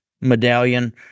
medallion